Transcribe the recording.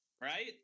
right